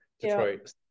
Detroit